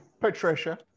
patricia